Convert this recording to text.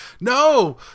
No